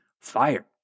fire